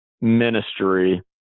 ministry